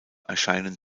erscheinen